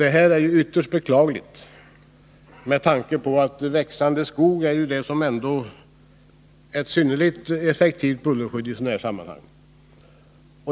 Detta är ytterst beklagligt med tanke på att växande skog utgör ett synnerligen effektivt bullerskydd i sådana här sammanhang.